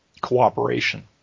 cooperation